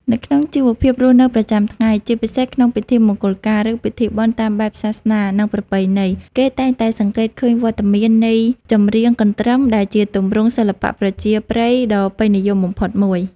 នៅក្នុងជីវភាពរស់នៅប្រចាំថ្ងៃ ជាពិសេសក្នុងពិធីមង្គលការ ឬពិធីបុណ្យតាមបែបសាសនា និងប្រពៃណី គេតែងតែសង្កេតឃើញវត្តមាននៃ ចម្រៀងកន្ទឹម ដែលជាទម្រង់សិល្បៈប្រជាប្រិយដ៏ពេញនិយមបំផុតមួយ។